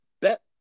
bet